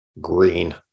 green